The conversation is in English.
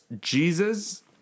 Jesus